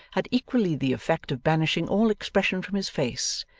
had equally the effect of banishing all expression from his face,